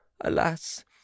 Alas